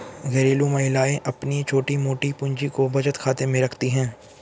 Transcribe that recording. घरेलू महिलाएं अपनी छोटी मोटी पूंजी को बचत खाते में रखती है